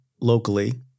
locally